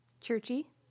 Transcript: Churchy